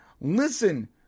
Listen